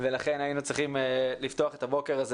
ולכן היינו צריכים לפתוח את הבוקר הזה